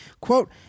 quote